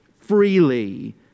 freely